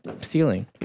ceiling